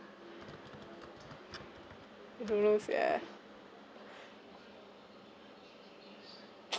don't know sia